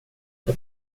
jag